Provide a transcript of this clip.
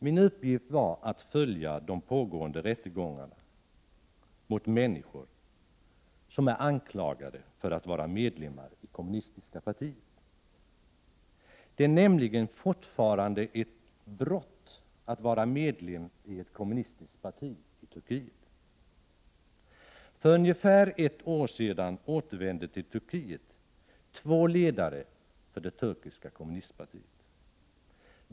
Min uppgift var att följa de pågående rättegångarna mot människor som är anklagade för att vara medlemmar i det kommunistiska partiet. I Turkiet är det nämligen fortfarande ett brott att vara medlem i ett kommunistiskt parti. För ungefär ett år sedan återvände till Turkiet två ledare för det turkiska kommunistiska partiet.